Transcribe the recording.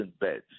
beds